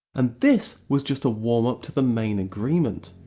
and this was just a warm-up to the main agreement!